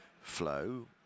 flow